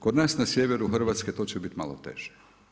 Kod nas na sjeveru Hrvatske to će biti malo teže.